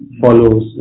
follows